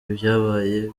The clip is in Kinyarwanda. ibyabaye